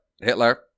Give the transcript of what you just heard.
Hitler